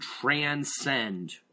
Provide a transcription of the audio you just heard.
transcend